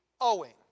owing